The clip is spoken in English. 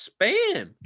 spam